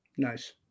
nice